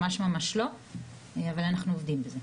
ממש ממש לא אבל אנחנו עובדים על זה.